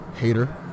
Hater